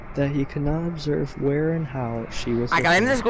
that he could not observe where and how she was looking.